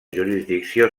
jurisdicció